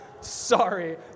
Sorry